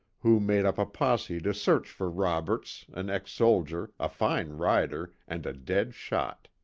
who made up a posse to search for roberts, an ex-soldier, a fine rider, and a dead shot.